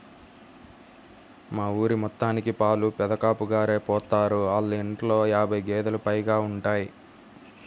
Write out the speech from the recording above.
మా ఊరి మొత్తానికి పాలు పెదకాపుగారే పోత్తారు, ఆళ్ళ ఇంట్లో యాబై గేదేలు పైగా ఉంటయ్